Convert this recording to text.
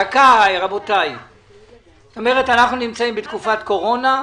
זאת אומרת, אנחנו נמצאים בתקופת קורונה,